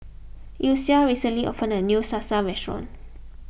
Elsie recently opened a new Salsa restaurant